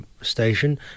station